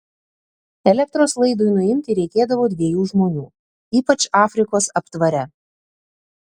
elektros laidui nuimti reikėdavo dviejų žmonių ypač afrikos aptvare